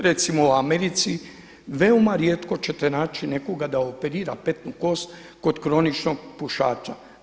Recimo u Americi, veoma rijetko ćete naći nekoga da operira petnu kost kod kroničnog pušača.